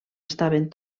estaven